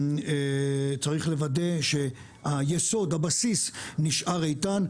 צריך לוודא שהיסוד, הבסיס, נשאר איתן.